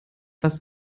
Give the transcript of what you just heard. was